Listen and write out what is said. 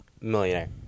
millionaire